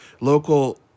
local